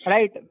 Right